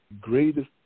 greatest